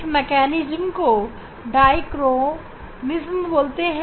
इस तंत्र को डाईकोरिज्म कहते हैं